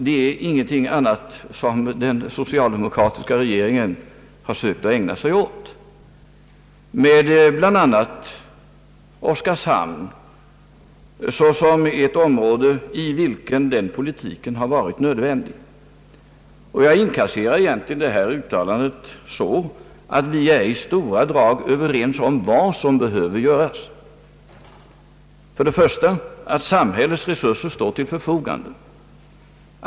Ja, herr Svanström, den socialdemokratiska regeringen har inte försökt ägna sig åt något annat, och Oskarshamn har varit ett område där denna politik varit nödvändig. Jag inkasserar egentligen hans uttalande så, att vi i stora drag är överens om vad som behöver göras. Först och främst bör samhällets resurser stå till förfogande.